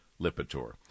Lipitor